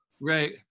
Right